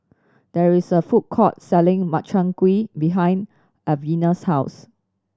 there is a food court selling Makchang Gui behind Alvena's house